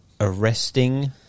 arresting